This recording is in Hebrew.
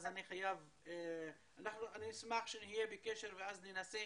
אני אשמח שנהיה בקשר ואז ננסה